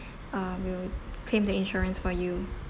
uh we'll claim the insurance for you